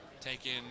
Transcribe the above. taken